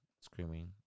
screaming